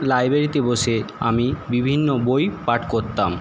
লাইবেরিতে বসে আমি বিভিন্ন বই পাঠ করতাম